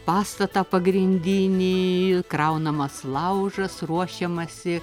pastatą pagrindinį kraunamas laužas ruošiamasi